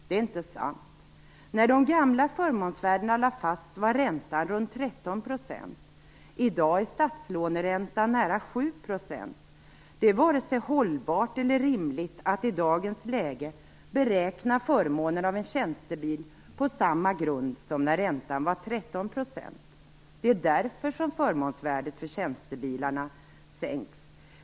Det är inte sant. När de gamla förmånsvärdena lades fast, var räntan runt 13 %. I dag är statslåneräntan nära 7 %. Det är vare sig hållbart eller rimligt att i dagens läge beräkna förmånen av en tjänstebil på samma grund som när räntan var 13 %. Det är därför förmånsvärdet för tjänstebilarna sänks.